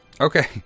okay